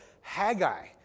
Haggai